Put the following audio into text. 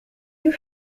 you